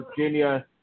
Virginia